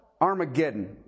Armageddon